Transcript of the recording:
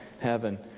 heaven